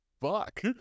fuck